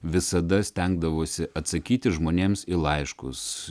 visada stengdavosi atsakyti žmonėms į laiškus